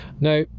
Now